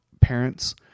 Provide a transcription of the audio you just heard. parents